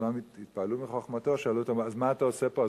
כולם התפעלו מחוכמתו ושאלו אותו: אז מה אתה עושה פה?